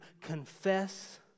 confess